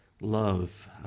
love